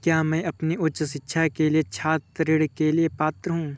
क्या मैं अपनी उच्च शिक्षा के लिए छात्र ऋण के लिए पात्र हूँ?